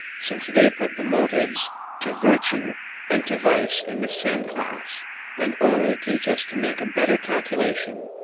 since they put the motives to virtue and to vice in the same class and only teach us to make a better calculation,